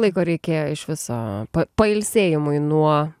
laiko reikėjo iš viso pailsėjimui nuo